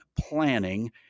planning